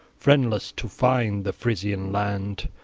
friendless, to find the frisian land,